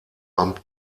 amt